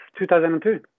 2002